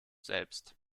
selbst